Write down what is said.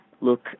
look